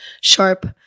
sharp